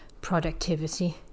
productivity